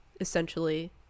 essentially